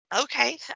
Okay